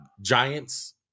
Giants